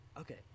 Okay